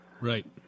Right